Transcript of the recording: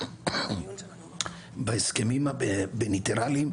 בהסכמים הבילטרליים,